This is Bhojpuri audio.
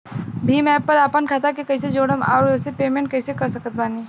भीम एप पर आपन खाता के कईसे जोड़म आउर ओसे पेमेंट कईसे कर सकत बानी?